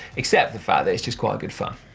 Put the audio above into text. except the fact that it's just quite a good fun.